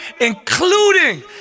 including